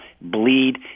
bleed